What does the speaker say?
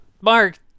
Mark